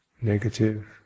negative